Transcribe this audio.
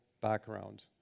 background